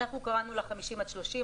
אנחנו קראנו לה "50 עד 30",